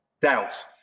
doubt